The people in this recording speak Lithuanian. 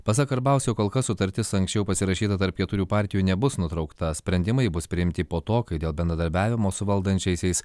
pasak karbauskio kol kas sutartis anksčiau pasirašyto tarp keturių partijų nebus nutraukta sprendimai bus priimti po to kai dėl bendradarbiavimo su valdančiaisiais